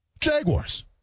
Jaguars